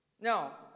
Now